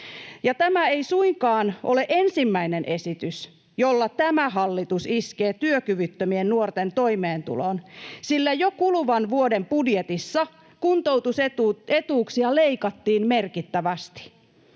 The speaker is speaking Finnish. tämä ei suinkaan ole ensimmäinen esitys, jolla tämä hallitus iskee työkyvyttömien nuorten toimeentuloon, sillä jo kuluvan vuoden budjetissa kuntoutusetuuksia leikattiin merkittävästi.